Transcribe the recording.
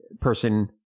person